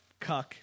cuck